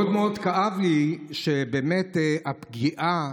מאוד מאוד כאבה לי באמת הפגיעה,